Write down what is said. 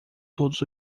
todos